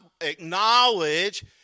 acknowledge